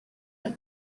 red